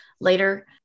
later